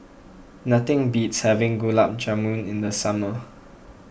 nothing beats having Gulab Jamun in the summer